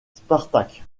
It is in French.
spartak